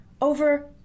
over